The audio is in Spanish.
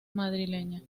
madrileña